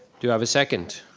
do i have a second?